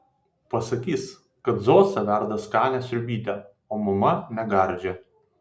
pasakys kad zosė verda skanią sriubytę o mama negardžią